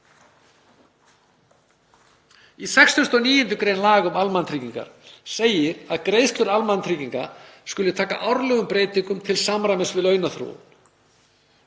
Í 69. gr. laga um almannatryggingar segir að greiðslur almannatrygginga skuli taka árlegum breytingum til samræmis við launaþróun,